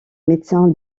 médecin